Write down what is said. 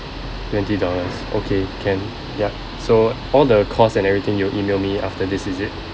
twenty dollars okay can yup so all the cost and everything you email me after this is it